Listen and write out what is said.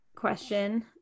question